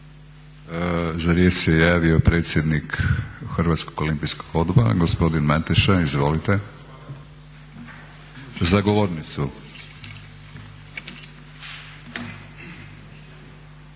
Za riječ se javio predsjednik Hrvatskog olimpijskog odbora gospodin Mateša, izvolite. **Mateša, Zlatko**